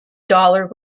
dollar